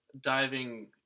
diving